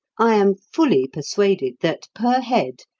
i am fully persuaded that, per head,